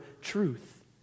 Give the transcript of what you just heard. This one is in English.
truth